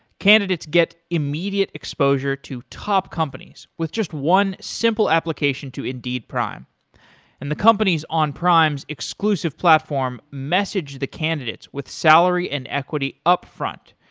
candidates get immediate exposure to top companies with just one simple application to indeed prime and the companies on prime's exclusive platform message the candidates with salary and equity upfront.